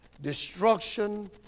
destruction